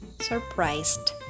surprised